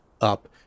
up